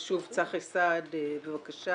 ושוב, צחי סעד בבקשה,